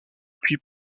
puis